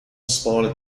spawned